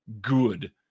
good